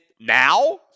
now